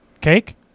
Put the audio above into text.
Cake